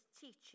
teaching